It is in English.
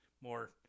more